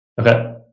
Okay